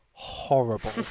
Horrible